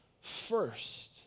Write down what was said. first